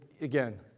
Again